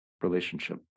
relationship